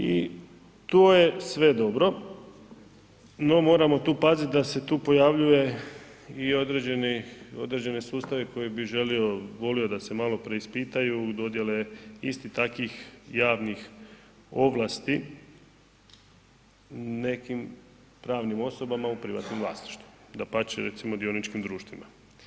I to je sve dobro, no moramo tu paziti da se tu pojavljuje i određeni, određeni sustavi koje bi volio da se malo preispitaju dodjele istih takvih javnih ovlasti nekim pravnim osobama u privatnom vlasništvu, dapače recimo dioničkim društvima.